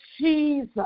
Jesus